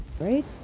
right